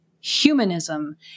humanism